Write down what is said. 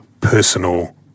personal